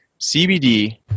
CBD